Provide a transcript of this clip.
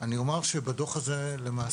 אני אומר שבדוח הזה למעשה